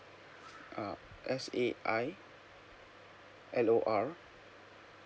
uh S A I L O R